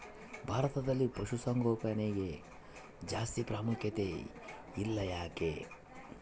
ಭಾರತದಲ್ಲಿ ಪಶುಸಾಂಗೋಪನೆಗೆ ಜಾಸ್ತಿ ಪ್ರಾಮುಖ್ಯತೆ ಇಲ್ಲ ಯಾಕೆ?